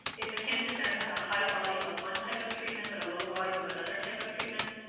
if the cancer center has a high volume of one type of treatment but a low volume of another type of treatment,